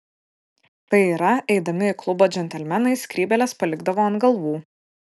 tai yra eidami į klubą džentelmenai skrybėles palikdavo ant galvų